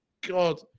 god